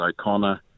O'Connor